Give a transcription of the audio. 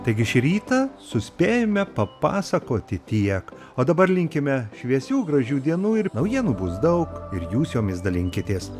taigi šį rytą suspėjome papasakoti tiek o dabar linkime šviesių gražių dienų ir naujienų bus daug ir jūs jomis dalinkitės